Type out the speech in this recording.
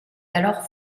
alors